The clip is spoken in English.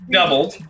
Doubled